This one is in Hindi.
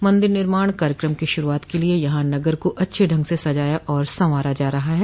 मंदिर निर्माण कार्यक्रम की शुरूआत के लिये यहां नगर को अच्छे ढंग से सजाया और संवारा जा रहा है